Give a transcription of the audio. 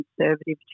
conservative